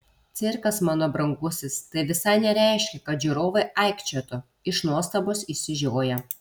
cirkas mano brangusis tai visai nereiškia kad žiūrovai aikčiotų iš nuostabos išsižioję